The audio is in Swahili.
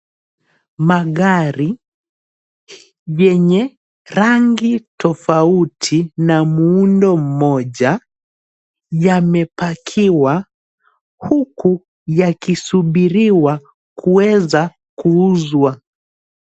Magari yenye rangi tofauti na muundo mmoja yamepakiwa huku yakisubiriwa kuweza kuuzwa.